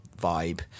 vibe